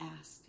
ask